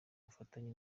bufatanye